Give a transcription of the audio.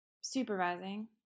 Supervising